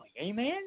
Amen